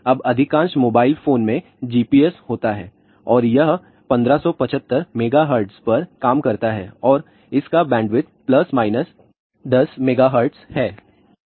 अब अधिकांश mobile phone में GPS होता है और यह 1575 MHz पर काम करता है और इसका बैंडविड्थ प्लस माइनस 10 MHz है